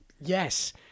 Yes